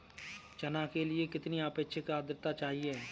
चना के लिए कितनी आपेक्षिक आद्रता चाहिए?